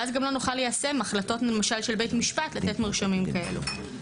ואז גם לא נוכל ליישם החלטות של בית משפט לתת מרשמים כאלה.